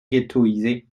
ghettoïsés